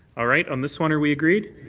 all right. on this one, are we agreed?